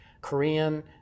Korean